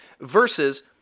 Versus